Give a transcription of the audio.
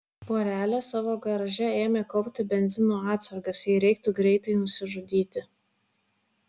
porelė savo garaže ėmė kaupti benzino atsargas jei reiktų greitai nusižudyti